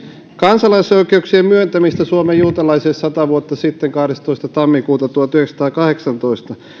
kansalaisoikeuksien myöntämistä suomen juutalaisille sata vuotta sitten kahdestoista tammikuuta tuhatyhdeksänsataakahdeksantoista